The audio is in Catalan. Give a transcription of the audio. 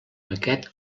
aquest